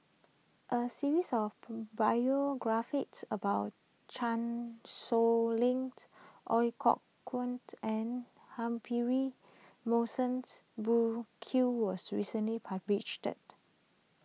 a series of biographies about Chan Sow Lin Ooi Kok Chuen and Humphrey Burkill was recently published